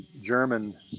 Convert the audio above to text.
German